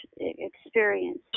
experience